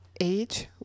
age